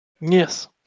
Yes